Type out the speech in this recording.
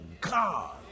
God